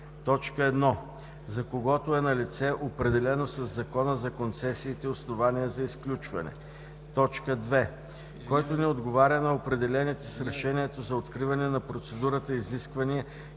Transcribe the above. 1. за когото е налице определено със Закона за концесиите основание за изключване; 2. който не отговаря на определените с решението за откриване на процедурата изисквания